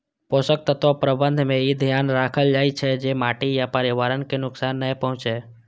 पोषक तत्व प्रबंधन मे ई ध्यान राखल जाइ छै, जे माटि आ पर्यावरण कें नुकसान नै पहुंचै